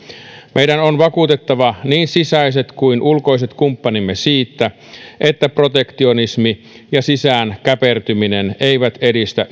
meidän on vakuutettava niin sisäiset kuin ulkoisetkin kumppanimme siitä että protektionismi ja sisään käpertyminen eivät edistä